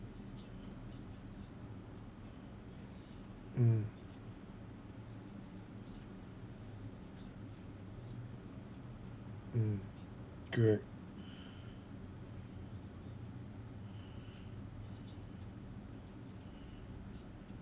mm mm correct